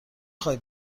خوای